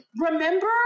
remember